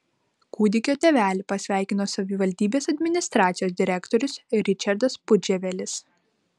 kūdikio tėvelį pasveikino savivaldybės administracijos direktorius ričardas pudževelis